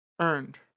Earned